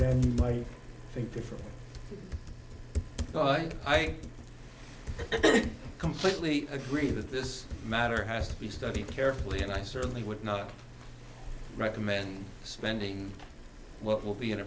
then you might think differently but i completely agree that this matter has to be studied carefully and i certainly would not recommend spending what will be an